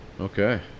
Okay